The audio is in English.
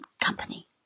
company